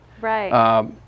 Right